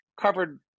covered